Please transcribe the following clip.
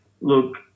look